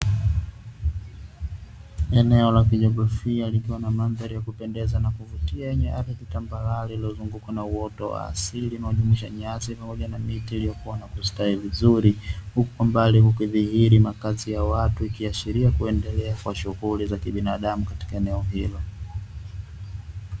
Eneo la kijiografia likiwa na madhari ya kupendeza na kuvutia yenye ardhi tambarare iliyozungukwa na uoto wa asili inayojumuisha nyasi pamoja na miti iliyokuwa na kustawi vizuri huko mbali ukidhihiri makazi ya watu ikiashiria kuendelea kwa shughuli za kibinadamu katika eneo hilo.